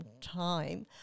time